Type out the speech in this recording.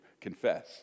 confess